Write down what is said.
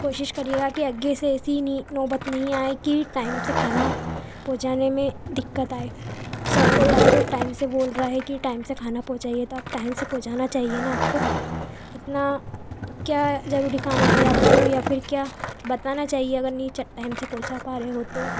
कोशिश करिएगा कि आगे से ऐसी नी नौबत नहीं आए कि टाइम से खाना पहुँचाने में दिक़्क़त आए सब कोई आपको टाइम से बोल रहा है कि टाइम से खाना पहुँचाइए तो आप टाइम से पहुँचाना चाहिए ना आपको इतना क्या ज़रूरी काम आ गया आपको या फिर क्या बताना चाहिए अगर नहीं च टाइम से पहुँचा पा रहे हो तो